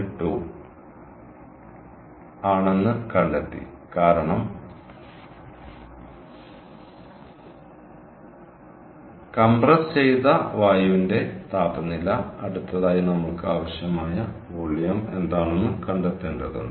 2 ആണെന്ന് കണ്ടെത്തി കാരണം കംപ്രസ് ചെയ്ത വായുവിന്റെ താപനില അടുത്തതായി നമ്മൾക്ക് ആവശ്യമായ വോളിയം എന്താണെന്ന് കണ്ടെത്തേണ്ടതുണ്ട്